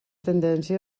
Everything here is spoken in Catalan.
tendència